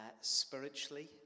spiritually